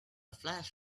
flash